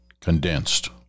Condensed